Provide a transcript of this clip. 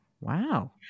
Wow